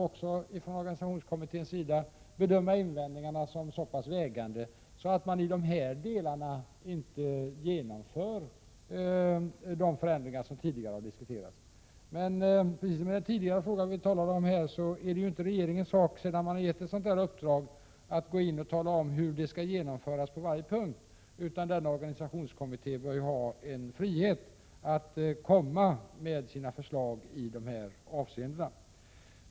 Organisationskommittén skulle också kunna bedöma invändningarna vara så pass vägande att man i de här delarna inte genomför de förändringar som tidigare har diskuterats. Liksom i den tidigare frågan som vi talade om är det inte regeringens sak att, sedan man gett ett uppdrag, tala om hur det skall genomföras på varje punkt. Organisationskommittén bör ha en frihet att komma med sina förslag i dessa avseenden.